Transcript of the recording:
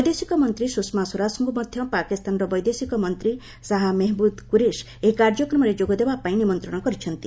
ବୈଦେଶିକ ମନ୍ତ୍ରୀ ସୁଷମା ସ୍ୱରାଜଙ୍କୁ ମଧ୍ୟ ପାକିସ୍ତାନର ବୈଦେଶିକ ମନ୍ତ୍ରୀ ଶାହା ମେହମ୍ମୁଦ କ୍ୟୁରିସ୍ ଏହି କାର୍ଯ୍ୟକ୍ରମରେ ଯୋଗ ଦେବାପାଇଁ ନିମନ୍ତ୍ରଣ କରିଛନ୍ତି